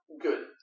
Good